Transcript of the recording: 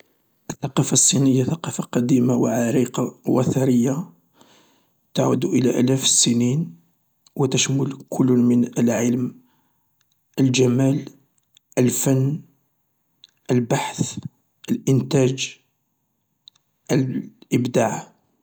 الثقافة الصينية ثقافة قديمة وعريقة وثرية تعود الى الاف السنين وتشمل كل من العلم، الجمال ،الفن البحث، الانتاج، الإبداع.